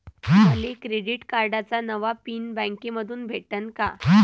मले क्रेडिट कार्डाचा नवा पिन बँकेमंधून भेटन का?